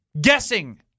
guessing